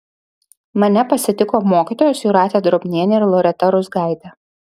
mane pasitiko mokytojos jūratė drobnienė ir loreta ruzgaitė